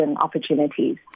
opportunities